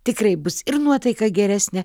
tikrai bus ir nuotaika geresnė